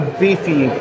beefy